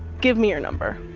give me your number.